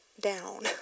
down